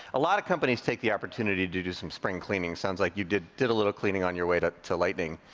a lot of companies take the opportunity to do some spring cleaning. sounds like you did did a little cleaning on your way to to lightning.